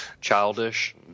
Childish